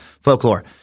folklore